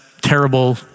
terrible